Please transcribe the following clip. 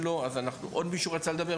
עוד מישהו רצה לדבר?